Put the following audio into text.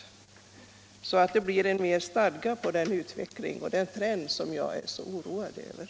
Då kunde den trend som jag är så oroad över brytas och utvecklingen ledas in på mera stadgade banor.